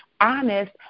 honest